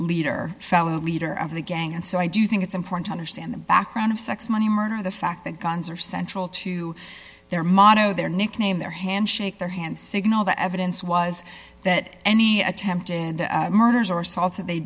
leader fellow leader of the gang and so i do think it's important to understand the background of sex money murder the fact that guns are central to their motto their nickname their hand shake their hand signal the evidence was that any attempted murders or salt that they